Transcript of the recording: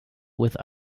with